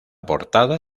portada